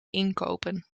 inkopen